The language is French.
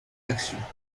actions